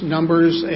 Numbers